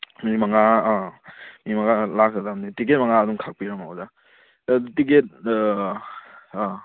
ꯃꯤ ꯃꯉꯥ ꯃꯤ ꯃꯉꯥ ꯂꯥꯛꯀꯗꯕꯅꯦ ꯇꯤꯛꯀꯦꯠ ꯃꯉꯥ ꯑꯗꯨꯝ ꯈꯥꯛꯄꯤꯔꯝꯃꯣ ꯑꯣꯖꯥ ꯑꯗꯣ ꯇꯤꯛꯀꯦꯠ ꯑꯥ